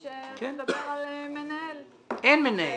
לא משנה,